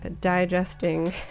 digesting